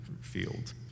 field